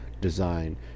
design